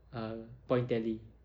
err point tally